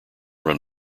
run